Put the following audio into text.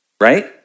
right